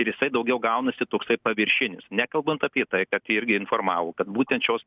ir jisai daugiau gaunasi toksai paviršinis nekalbant apie tai kad irgi informavo kad būtent šios